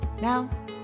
Now